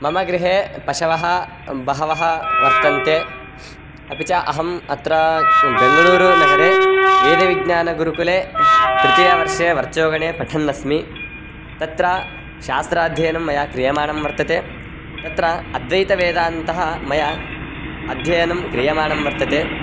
मम गृहे पशवः बहवः वर्तन्ते अपि च अहम् अत्र बेङ्गलूरुनगरे वेदविज्ञानगुरुकुले तृतीयवर्षे वर्चोगणे पठन्नस्मि तत्र शास्त्राध्ययनं मया क्रियमाणं वर्तते तत्र अद्वैतवेदान्तः मया अध्ययनं क्रियमाणं वर्तते